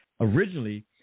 Originally –